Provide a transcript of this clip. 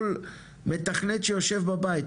כל מתכנת שיושב בבית,